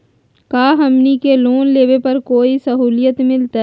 का हमनी के लोन लेने पर कोई साहुलियत मिलतइ?